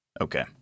Okay